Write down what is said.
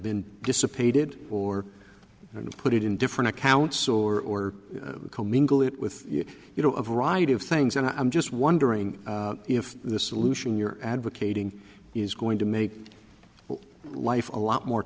been dissipated or and put it in different accounts or co mingle it with you know a variety of things and i'm just wondering if the solution you're advocating is going to make life a lot more